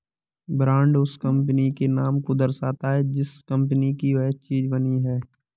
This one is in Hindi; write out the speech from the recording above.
ब्रांड उस कंपनी के नाम को दर्शाता है जिस कंपनी की वह चीज बनी है